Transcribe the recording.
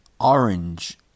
orange